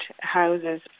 houses